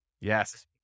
Yes